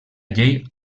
llei